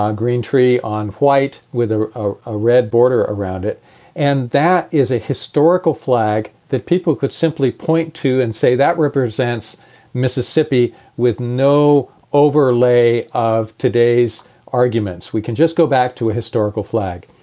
green tree on white with ah ah a red border around it and that is a historical flag that people could simply point to and say that represents mississippi. with no overlay of today's arguments, we can just go back to a historical flag.